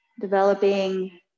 developing